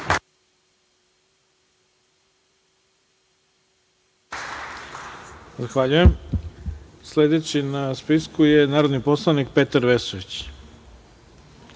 Zahvaljujem. Sledeći na spisku je narodni poslanik Petar Vesović.